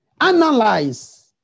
analyze